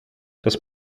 das